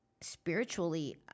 spiritually